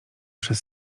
przez